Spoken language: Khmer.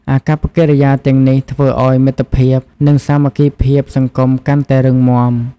អាកប្បកិរិយាទាំងនេះធ្វើឲ្យមិត្តភាព និងសាមគ្គីភាពសង្គមកាន់តែរឹងមាំ។